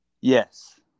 Yes